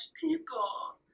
people